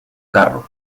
carro